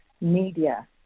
media